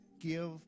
give